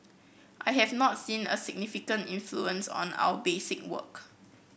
I have not seen a significant influence on our basic work